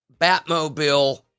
Batmobile